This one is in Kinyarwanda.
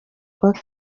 kwa